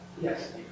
Yes